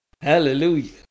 Hallelujah